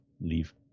Leave